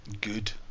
good